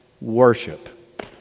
worship